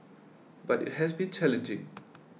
but it has been challenging